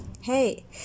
Hey